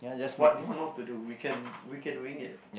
what no I know what to do we can we can wing it